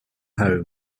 home